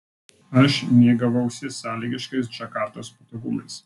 aš mėgavausi sąlygiškais džakartos patogumais